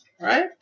Right